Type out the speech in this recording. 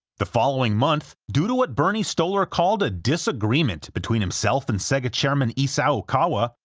the following month, due to what bernie stolar called a disagreement between himself and sega chairman isao okawa,